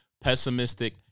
pessimistic